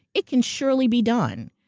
it can surely be done.